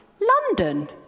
London